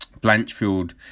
Blanchfield